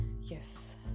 Yes